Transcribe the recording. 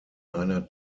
einer